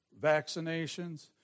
vaccinations